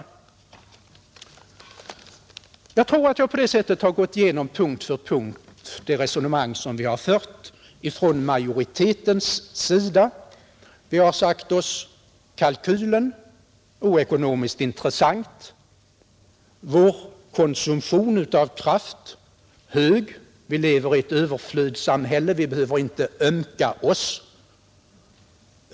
Jag tror att jag på detta sätt punkt för punkt har gått igenom det resonemang som vi har fört inom majoriteten. Vi har sagt oss följande. Kalkylen är ekonomiskt ointressant och vår konsumtion av kraft hög. Vi lever i ett överflödssamhälle, och vi behöver inte på något sätt ömka oss.